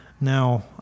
Now